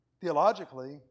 Theologically